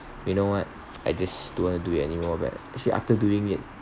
you know what I just don't want to do it anymore but actually after doing it